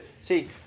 see